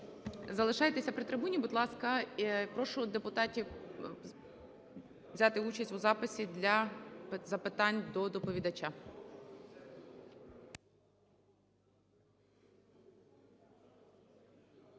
Залишайтеся при трибуні, будь ласка. Прошу депутатів взяти участь у записі для запитань до доповідача.